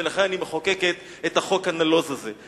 ולכן אני מחוקקת את החוק הנלוז הזה.